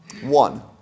One